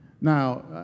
Now